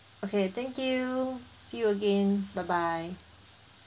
okay thank you see you again bye bye